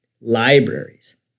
libraries